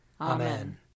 Amen